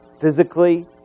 physically